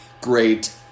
great